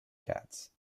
cats